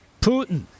Putin